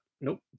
nope